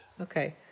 Okay